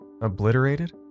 Obliterated